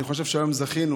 אני חושב שהיום זכינו